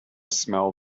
smell